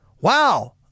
wow